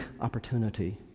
opportunity